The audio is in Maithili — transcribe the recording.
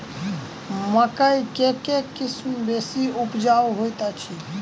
मकई केँ के किसिम बेसी उपजाउ हएत अछि?